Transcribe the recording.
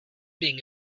being